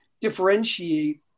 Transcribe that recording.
differentiate